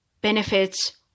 benefits